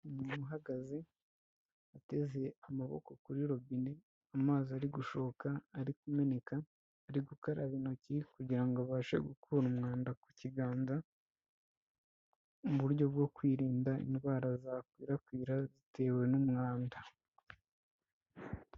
Umuntu uhagaze ateze amaboko kuri robine, amazi ari gushoka ari kumeneka, ari gukaraba intoki kugira ngo abashe gukura umwanda ku kiganza, mu buryo bwo kwirinda indwara zakwirakwira zitewe n'umwanda.